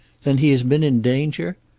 then he has been in danger?